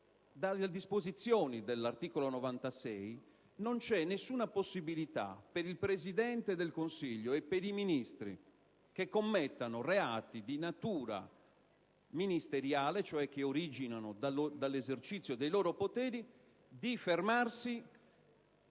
le disposizioni dell'articolo 96 della Costituzione non c'è nessuna possibilità per il Presidente del Consiglio e per i Ministri che commettano reati di natura ministeriale, cioè che originano dall'esercizio dei loro poteri, di fermarsi